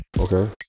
Okay